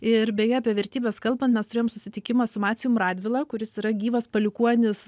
ir beje apie vertybes kalbant mes turėjom susitikimą su maciejum radvila kuris yra gyvas palikuonis